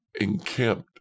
encamped